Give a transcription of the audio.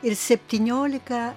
ir septyniolika